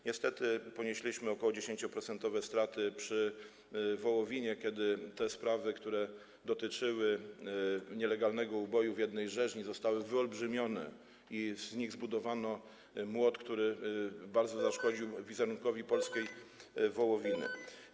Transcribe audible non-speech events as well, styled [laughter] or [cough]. Niestety ponieśliśmy ok. 10-procentowe straty przy wołowinie, kiedy te sprawy, które dotyczyły nielegalnego uboju w jednej z rzeźni, zostały wyolbrzymione i z nich zbudowano młot, który [noise] bardzo zaszkodził wizerunkowi polskiej wołowiny.